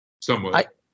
Somewhat